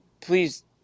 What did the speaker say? Please